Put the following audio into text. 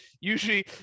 usually